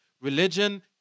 religion